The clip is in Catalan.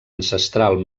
ancestral